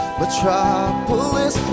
metropolis